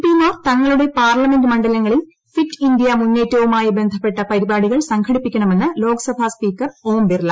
P മാർ തങ്ങളുടെ parliament മണ്ഡലങ്ങളിൽ ഫിറ്റ് ഇന്ത്യ മുന്നേറ്റവുമായി ബന്ധപ്പെട്ട പരിപാടികൾ സംഘടിപ്പിക്കണമെന്ന് ലോക്സഭാ സ്പീക്കർ ഓം ബിർള